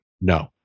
No